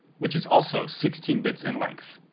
which is also sixteen bits in length.